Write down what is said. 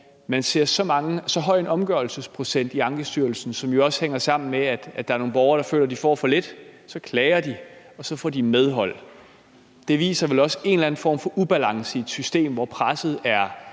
man ser en så høj omgørelsesprocent i Ankestyrelsen, som jo også hænger sammen med, at der er nogle borgere, der føler de får for lidt. Så klager de, og så får de medhold. Det viser vel også en eller anden form for ubalance i et system, hvor det